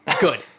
Good